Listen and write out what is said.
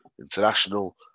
International